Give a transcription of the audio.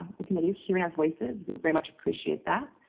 the committee, hearing our voices. we very much appreciate that.